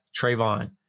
Trayvon